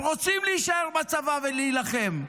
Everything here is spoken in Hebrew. הם רוצים להישאר בצבא ולהילחם,